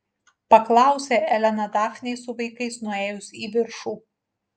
paklausė elena dafnei su vaikais nuėjus į viršų